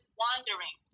wandering